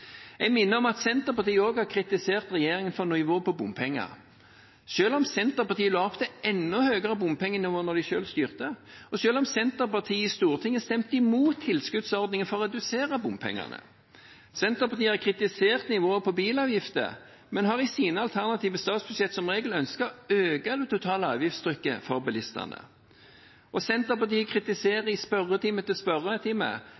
Jeg minner om at Senterpartiet også har kritisert regjeringen for nivået på bompenger, selv om Senterpartiet la opp til et enda høyere bompengenivå da de selv styrte, og selv om Senterpartiet i Stortinget stemte imot tilskuddsordningen for å redusere bompengene. Senterpartiet har kritisert nivået på bilavgifter, men har i sine alternative statsbudsjetter som regel ønsket å øke det totale avgiftstrykket for bilistene. Senterpartiet